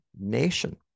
nation